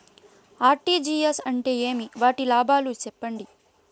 RTGS అంటే ఏమి? వాటి లాభాలు సెప్పండి?